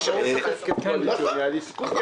בבקשה.